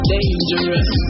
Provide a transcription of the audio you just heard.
Dangerous